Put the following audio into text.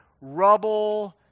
rubble